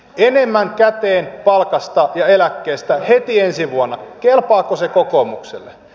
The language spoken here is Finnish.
enemmän käteen palkasta ja eläkkeistä heti ensi vuonna kelpaako se kokoomukselle